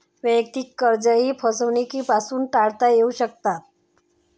वैयक्तिक कर्जेही फसवणुकीपासून टाळता येऊ शकतात